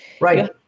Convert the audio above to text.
Right